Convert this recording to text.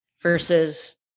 versus